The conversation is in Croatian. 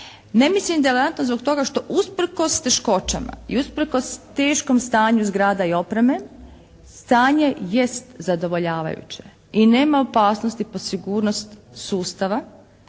Ne mislim da je alarmantno usprkos teškoćama i usprkos teškom stanju zgrada i opreme, stanje jest zadovoljavajuće i nema opasnosti po sigurnost sustava